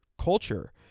culture